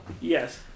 Yes